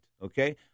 Okay